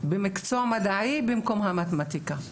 מקצוע מדעי במקום המתמטיקה.